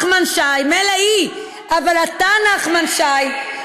נחמן שי,